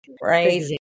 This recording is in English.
Right